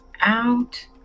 out